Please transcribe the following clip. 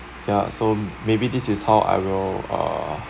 ya so maybe this is how I will uh